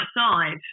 outside